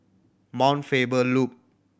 Mount Faber Loop